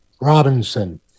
Robinson